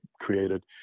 created